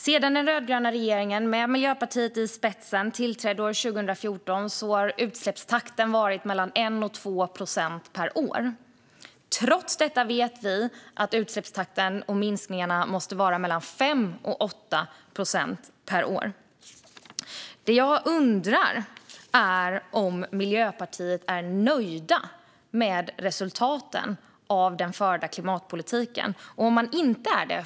Sedan den rödgröna regeringen, med Miljöpartiet i spetsen, tillträdde år 2014 har utsläppsminskningarna varit mellan 1 och 2 procent per år, trots att vi vet att utsläppstakten och minskningarna måste vara mellan 5 och 8 procent per år. Det jag undrar är om Miljöpartiet är nöjt med resultaten av den förda klimatpolitiken.